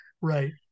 Right